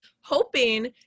hoping